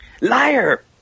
Liar